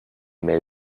mail